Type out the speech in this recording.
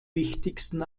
wichtigsten